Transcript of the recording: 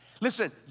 listen